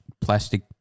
plastic